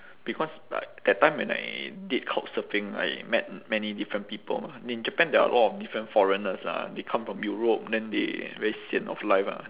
because like that time when I did couchsurfing I met many different people in japan there are a lot of different foreigners lah they come from europe then they very sian of life ah